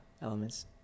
elements